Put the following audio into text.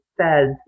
says